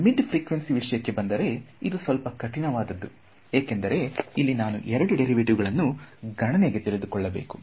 mid frequency ವಿಷಯಕ್ಕೆ ಬಂದರೆ ಇದು ಸ್ವಲ್ಪ ಕಠಿಣವಾದದ್ದು ಏಕೆಂದರೆ ಇಲ್ಲಿ ನಾನು ಎರಡು ಡೇರಿವೆಟಿವ್ ಗಳನ್ನು ಗಣನೆಗೆ ತೆಗೆದುಕೊಳ್ಳಬೇಕು